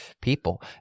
people